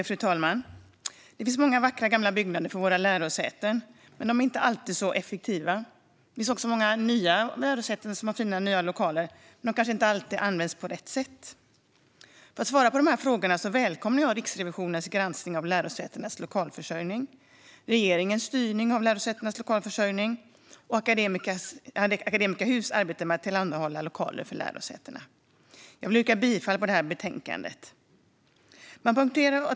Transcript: Fru talman! Det finns många vackra gamla byggnader för våra lärosäten, men de är inte alltid så effektiva. Det finns också många lärosäten som har fina, nya lokaler, men de används kanske inte alltid på rätt sätt. För att få svar i dessa frågor välkomnar jag Riksrevisionens granskning av lärosätenas lokalförsörjning, regeringens styrning av lärosätenas lokalförsörjning och Akademiska Hus arbete med att tillhandahålla lokaler för lärosätena. Jag yrkar bifall till utskottets förslag.